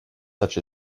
such